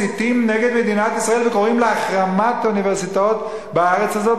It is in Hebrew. מסיתים נגד מדינת ישראל וקוראים להחרמת אוניברסיטאות בארץ הזאת,